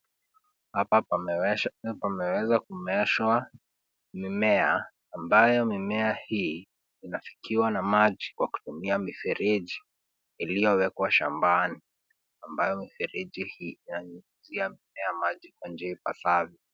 Hapa pameweza kumeeshwa mimea, ambayo mimea hii inafikiwa na maji kwa kutumia mifereji iliyowekwa shambani, ambayo mifereji hii inanyunyizia mimea maji kwa njia ipasavyo.